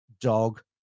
dog